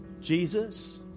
Jesus